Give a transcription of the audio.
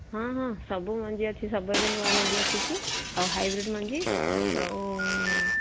ହଁ ହଁ ସବୁ ମଞ୍ଜି ଅଛି ସବୁ ଏବେ ନୂଆ ମଞ୍ଜି ଆସିଛି ଆଉ ହାଇବ୍ରିଡ଼୍ ମଞ୍ଜି ଆଉ